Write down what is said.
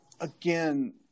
Again